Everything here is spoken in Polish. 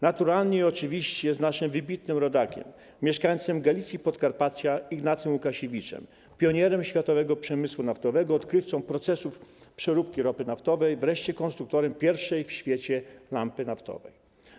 Naturalnie i oczywiście z naszym wybitnym rodakiem, mieszkańcem Galicji i Podkarpacia Ignacem Łukasiewiczem, pionierem światowego przemysłu naftowego, odkrywcą procesów przeróbki ropy naftowej, wreszcie konstruktorem pierwszej w świecie lampy naftowej.